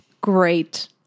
great